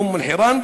אום-אלחיראן,